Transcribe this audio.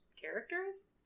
characters